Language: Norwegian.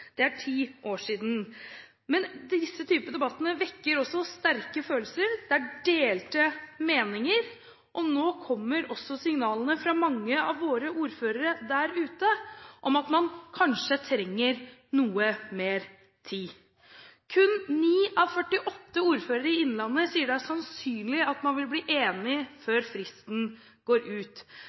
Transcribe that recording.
Det er ti år siden. Men denne typen debatter vekker sterke følelser, og det er delte meninger. Nå kommer også signalene fra mange av våre ordførere der ute om at man kanskje trenger noe mer tid. Kun ni av 48 ordførere i innlandet sier det er sannsynlig at man vil bli enig før fristen går ut.